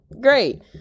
Great